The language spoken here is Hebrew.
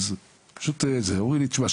אז פשוט אומרים לי תשמע,